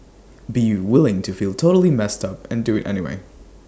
be willing to feel totally messed up and do IT anyway